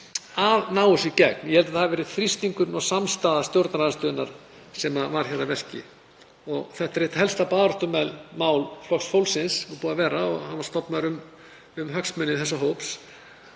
að ná þessu í gegn. Ég held að það hafi verið þrýstingur og samstaða stjórnarandstöðunnar sem var hér að verki. Þetta er eitt helsta baráttumál mál Flokks fólksins og búið að vera það, hann var stofnaður um hagsmuni þessa hóps.